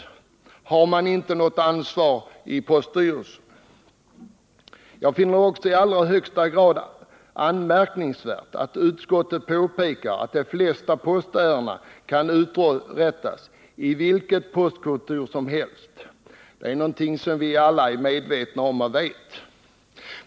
Och har man inte något ansvar i poststyrelsen? Jag finner det också i allra högsta grad anmärkningsvärt att utskottet påpekar att de flesta postärenden kan uträttas i vilket postkontor som helst — det är någonting som vi alla är medvetna om.